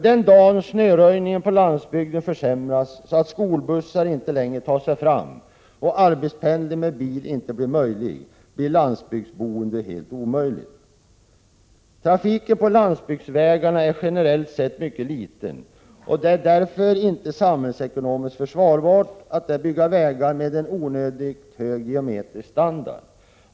Den dag snöröjningen på landsbygden försämras så att skolbussar inte längre tar sig fram och arbetspendling med bil inte blir möjlig blir landsbygdsboende helt omöjligt. å Trafiken på landsbygdsvägarna är generellt sett mycket liten, och det är därför inte samhällsekonomiskt försvarbart att där bygga vägar med en onödigt hög geometrisk standard.